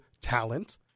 talent